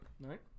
Right